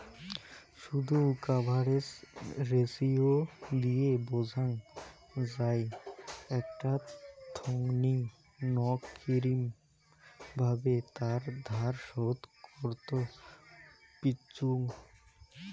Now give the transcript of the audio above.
শুধ coverage ratio দিয়ে বোঝাং যাই আকটা থোঙনি নক কিরম ভাবে তার ধার শোধ করত পিচ্চুঙ